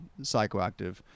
psychoactive